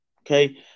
Okay